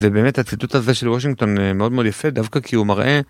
ובאמת הציטוט הזה של וושינגטון מאוד מאוד יפה דווקא כי הוא מראה